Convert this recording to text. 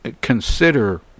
consider